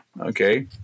okay